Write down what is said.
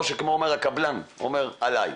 או שהקבלן אומר 'עליי'.